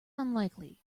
unlikely